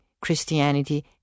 Christianity